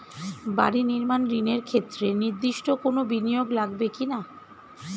বাড়ি নির্মাণ ঋণের ক্ষেত্রে নির্দিষ্ট কোনো বিনিয়োগ লাগবে কি না?